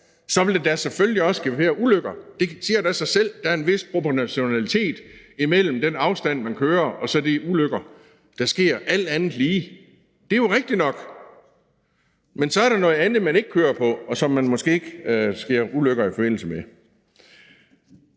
vil det da selvfølgelig også give flere ulykker – det siger da sig selv. For der er – alt andet lige – en vis proportionalitet imellem de afstande, der køres, og så antallet af ulykker, der sker. Det er jo rigtigt nok, men så er der noget andet, man ikke kører på, og som der derfor ikke sker ulykker i forbindelse med.